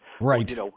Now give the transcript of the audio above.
Right